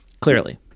Clearly